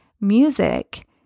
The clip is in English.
music